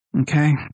Okay